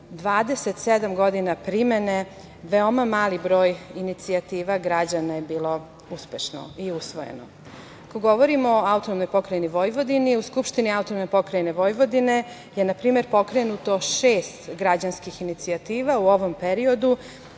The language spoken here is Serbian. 27 godina primene veoma mali broj inicijativa građana je bilo uspešno i usvojeno. Ako govorimo o AP Vojvodini, u Skupštini AP Vojvodine je, na primer, pokrenuto šest građanskih inicijativa. U ovom periodu